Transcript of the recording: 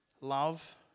love